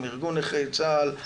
עם ארגון נכי צה"ל,